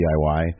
DIY